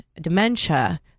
dementia